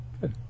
Good